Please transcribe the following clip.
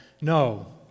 No